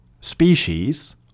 species